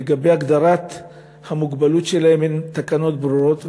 לגבי הגדרת המוגבלות שלהם, הן תקנות ברורות?